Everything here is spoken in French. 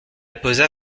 posa